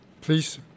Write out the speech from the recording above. Please